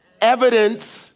evidence